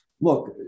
look